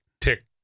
tick